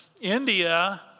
India